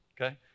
Okay